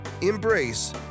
Embrace